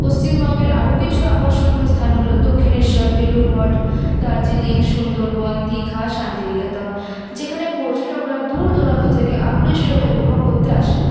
পশ্চিমবঙ্গের আরও কিছু দর্শনীয় স্থান হল দক্ষিণেশ্বর বেলুড় মঠ দার্জিলিং সুন্দরবন দিঘা শান্তিনিকেতন যেখানে পর্যটকরা দূর দূরান্ত থেকে আকৃষ্ট হয়ে উপভোগ করতে আসে